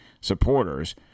supporters